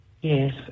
Yes